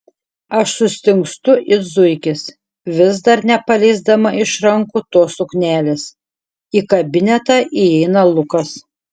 aš sustingstu it zuikis vis dar nepaleisdama iš rankų tos suknelės į kabinetą įeina lukas